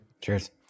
Cheers